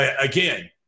again